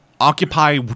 occupy